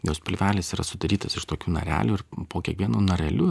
jos pilvelis yra sudarytas iš tokių narelių ir po kiekvienu nareliu